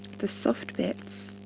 the soft bits